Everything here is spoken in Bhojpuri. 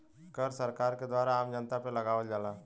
कर सरकार के द्वारा आम जनता पे लगावल जाला